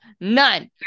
none